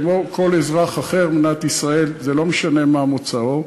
כמו כל אזרח אחר במדינת ישראל, לא משנה מה מוצאו,